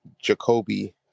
Jacoby